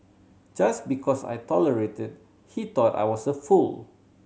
just because I tolerated he thought I was a fool